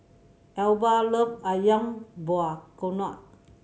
Elba love Ayam Buah Keluak